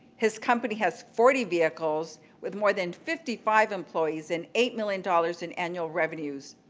his company has forty vehicles with more than fifty five employees and eight million dollars in annual revenues.